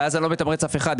אבל אז אני לא מתמרץ אף אחד.